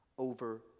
Over